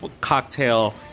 cocktail